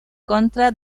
contra